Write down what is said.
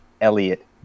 Elliot